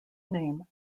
name